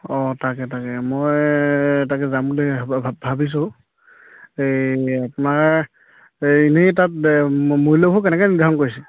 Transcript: অঁ তাকে তাকে মই তাকে যাম বুলি ভা ভাবিছোঁ এই আপোনাৰ এই এনেই তাত মূল্য়বোৰ কেনেকৈ নিৰ্ধাৰণ কৰিছে